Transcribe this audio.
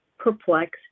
perplexed